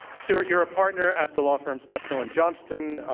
stewart, you're a partner at the law firm steptoe and johnson.